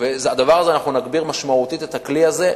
אנחנו נגביר משמעותית את הכלי הזה.